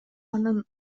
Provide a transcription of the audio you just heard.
анын